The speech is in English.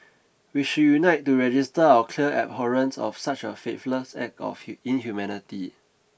we should unite to register our clear abhorrence of such a faithless act of inhumanity